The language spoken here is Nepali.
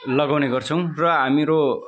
लगाउने गर्छौँ र हाम्रो